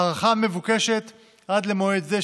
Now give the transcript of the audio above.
ההארכה מבוקשת עד למועד זה,